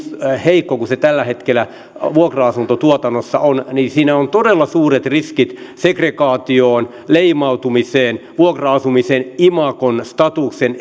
heikko kuin se tällä hetkellä vuokra asuntotuotannossa on siinä on todella suuret riskit segregaatioon leimautumiseen vuokra asumisen imagon statuksen